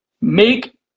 Make